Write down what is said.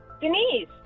Denise